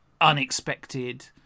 unexpected